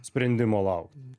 sprendimo laukt